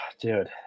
dude